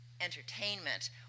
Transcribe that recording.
entertainment